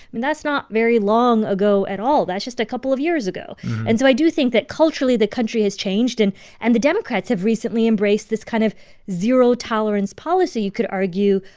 and that's not very long ago at all. that's just a couple of years ago and so i do think that, culturally, the country has changed. and and the democrats have recently embraced this kind of zero-tolerance policy, you could argue,